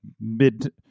mid